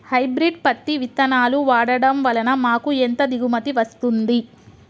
Hybrid పత్తి విత్తనాలు వాడడం వలన మాకు ఎంత దిగుమతి వస్తుంది?